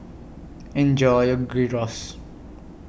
Enjoy your Gyros